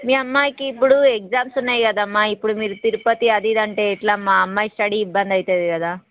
మీ అమ్మాయికి ఇప్పుడు ఎగ్జామ్స్ ఉన్నాయి కదమ్మ ఇప్పుడు మీరు తిరుపతి అది ఇది అంటే ఎట్లమ్మ ఆ అమ్మాయి స్టడీ ఇబ్బంది అవుతుంది కదా